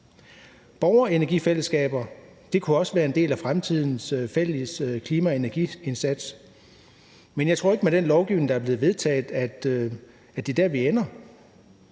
Borgerenergifællesskaber kunne også være en del af fremtidens fælles klima- og energiindsats. Men med den lovgivning, der er blevet vedtaget, tror jeg ikke, at det er der, vi ender.